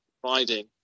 providing